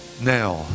now